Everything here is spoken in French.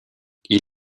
ils